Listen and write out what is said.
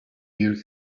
your